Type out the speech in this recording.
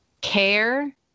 care